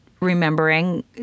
remembering